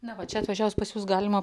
na va čia atvažiavus pas jus galima